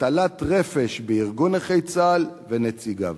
הטלת רפש בארגון נכי צה"ל ונציגיו".